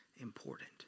important